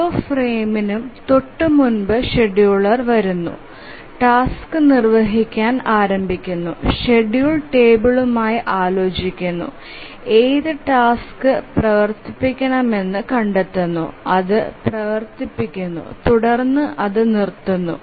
ഓരോ ഫ്രെയിമിനും തൊട്ടുമുമ്പ് ഷെഡ്യൂളർ വരുന്നു ടാസ്ക് നിർവ്വഹിക്കാൻ ആരംഭിക്കുന്നു ഷെഡ്യൂൾ ടേബിളുമായി ആലോചിക്കുന്നു ഏത് ടാസ്ക് പ്രവർത്തിപ്പിക്കണമെന്ന് കണ്ടെത്തുന്നു അത് പ്രവർത്തിക്കുന്നു തുടർന്ന് അത് നിർത്തുന്നു